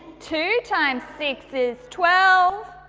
two times six is twelve,